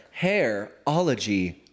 Hairology